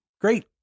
great